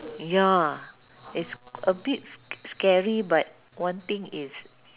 ya it's a bit s~ scary but one thing is